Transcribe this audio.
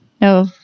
no